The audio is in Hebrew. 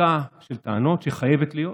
מבדיקה של טענות, שחייבת להיות,